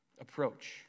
approach